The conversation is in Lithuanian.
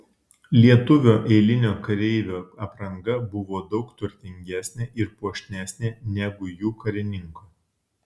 lietuvio eilinio kareivio apranga buvo daug turtingesnė ir puošnesnė negu jų karininko